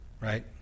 right